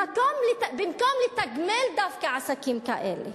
במקום לתגמל, דווקא, עסקים כאלה,